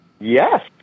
Yes